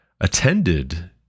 attended